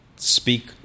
speak